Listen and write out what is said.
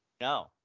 No